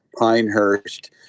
Pinehurst